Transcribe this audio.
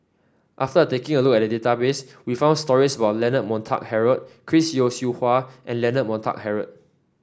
after taking a look at database we found stories about Leonard Montague Harrod Chris Yeo Siew Hua and Leonard Montague Harrod